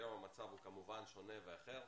היום המצב הוא כמובן שונה ואחר.